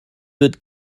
wird